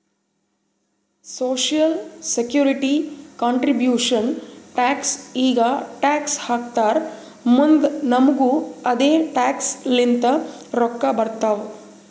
social security contribution tax ಈಗ tax ಹಾಕ್ತಾರ್ ಮುಂದ್ ನಮುಗು ಅದೆ ಟ್ಯಾಕ್ಸ್ ಲಿಂತ ರೊಕ್ಕಾ ಬರ್ತಾವ್